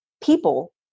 people